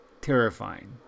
terrifying